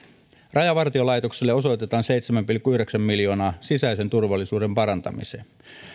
rajavartiolaitokselle osoitetaan seitsemän pilkku yhdeksän miljoonaa sisäisen turvallisuuden parantamiseen